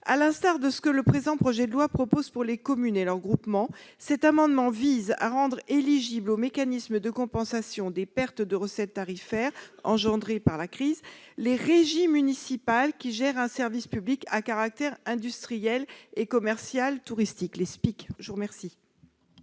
À l'instar de ce que le présent projet de loi prévoit pour les communes et leurs groupements, cet amendement vise à rendre éligibles au mécanisme de compensation des pertes de recettes tarifaires engendrées par la crise du coronavirus les régies municipales qui gèrent un service public à caractère industriel et commercial (SPIC) touristique. Quel est l'avis de